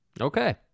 Okay